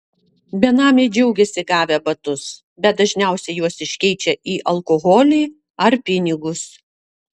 benamiai džiaugiasi gavę batus bet dažniausiai juos iškeičia į alkoholį ar pinigus